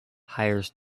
hires